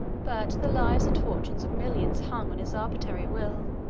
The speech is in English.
but the lives and fortunes of millions hung on his arbitrary will